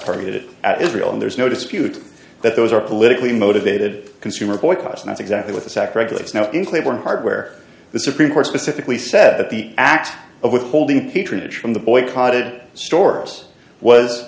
targeted at israel and there's no dispute that those are politically motivated consumer boycotts and that's exactly what this act regulates now in clayborn hardware the supreme court specifically said that the act of withholding patronage from the boycott it stores was